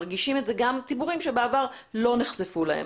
מרגישים את זה גם ציבורים שבעבר לא נחשפו לכך.